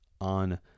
on